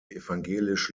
evangelisch